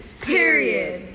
Period